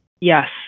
Yes